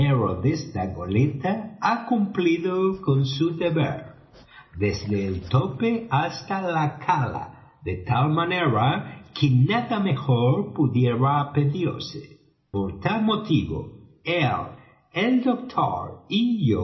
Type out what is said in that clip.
esta goleta ha cumplido con su deber desde el tope hasta la cala de tal manera que nada mejor pudiera pedirse por tal motivo él el doctor